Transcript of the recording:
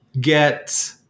get